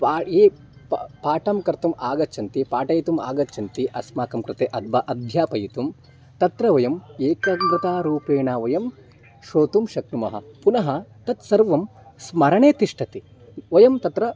पाठं ये प् पाठं कर्तुम् आगच्छन्ति पाठयितुम् आगच्छन्ति अस्माकं कृते अथवा आध्यापयितुं तत्र वयम् एकाग्रतारूपेण वयं श्रोतुं शक्नुमः पुनः तत्सर्वं स्मरणे तिष्ठति वयं तत्र